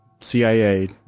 CIA